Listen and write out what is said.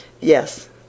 Yes